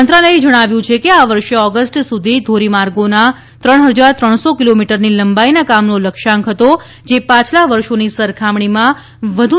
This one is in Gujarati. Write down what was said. મંત્રાલયે વધુમાં જણાવ્યું કે આ વર્ષે ઓગસ્ટ સુધી ધોરીમાર્ગોના ત્રણ હજાર ત્રણસો કિલોમીટરની લંબાઇના કામનો લક્યાં્રક હતો જે પાછલા વર્ષોના લક્યાંગનકની સરખામણીમાં વધુ છે